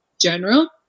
general